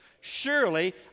Surely